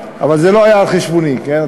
אבל זה לא היה על חשבוני, כן?